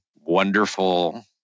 wonderful